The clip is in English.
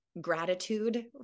gratitude